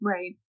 Right